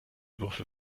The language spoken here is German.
würfel